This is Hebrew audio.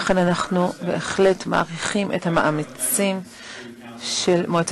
עוד נשמעות התבטאויות אנטישמיות בכלי התקשורת הפלסטיניים,